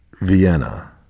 Vienna